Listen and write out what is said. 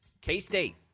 K-State